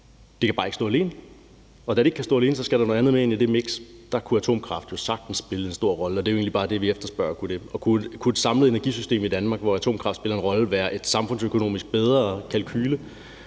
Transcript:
Det kan bare ikke stå alene. Og da det ikke kan stå alene, skal der noget andet med ind i det miks. Der kunne atomkraft jo sagtens spille en stor rolle. Det er egentlig bare det, vi efterspørger. Kunne et samlet energisystem i Danmark, hvor atomkraft spiller en rolle, være en samfundsøkonomisk bedre kalkule?